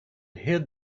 hid